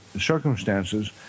circumstances